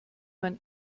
man